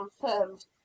confirmed